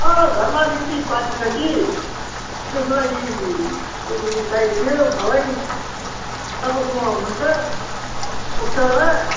अँ घरमा अलिकति पार्टी छ कि त्यस्को लागि ऊ यो चाहिएको थियो मलाई तपाईँकोमा हुन्छ पुग् पुग्छ होला